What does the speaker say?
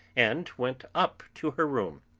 and went up to her room.